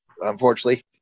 unfortunately